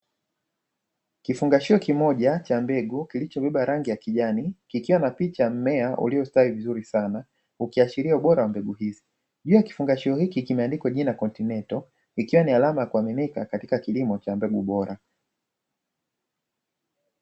Kifungashio kimoja cha mbegu kilichobeba rangi ya kijani kikiwa na picha mmea uliostawi vizuri sana ukiashiria ubora wa mbegu hizo. Juu ya kifungashio hiki kimeandikwa jina "continental" ikiwa ni alama ya kuaminika katika kilimo cha mbegu bora.